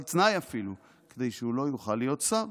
תנאי אפילו כדי שהוא לא יוכל להיות שר".